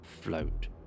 float